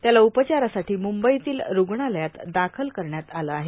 त्याला उपचारासाठी म्रंबईतील रूग्णालयात दाखल करण्यात आलं आहे